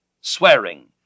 swearing